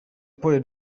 pole